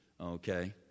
Okay